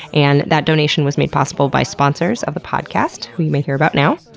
and that donation was made possible by sponsors of the podcast, who you may hear about now.